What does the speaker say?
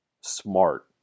Smart